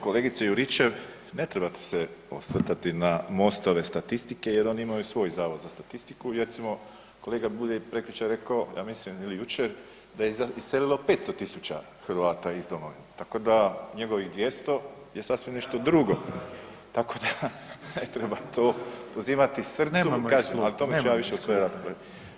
Kolegice Juričev, ne trebate se osvrtati na MOST-ove statistike jer oni imaju svoj Zavod za statistiku i recimo kolega Bulj je prekjučer rekao ja mislim ili jučer da je iselilo 500 000 Hrvata iz domovine, tako da njegovih 200 je sasvim nešto drugo, tako da ne treba tu pozivati srcu… [[Govornici govore istovremeno, ne razumije se]] al o tome ću ja više u svojoj raspravi.